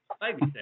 Baby